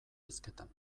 hizketan